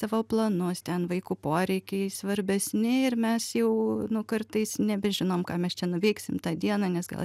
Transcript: savo planus ten vaikų poreikiai svarbesni ir mes jau nu kartais nebežinom ką mes čia nuveiksim tą dieną nes gal